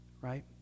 right